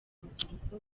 urubyiruko